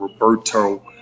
Roberto